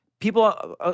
People